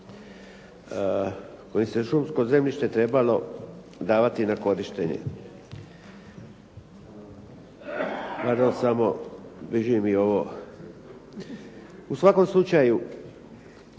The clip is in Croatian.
kojim se šumsko zemljište trebalo davati na korištenje. U svakom slučaju,